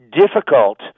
difficult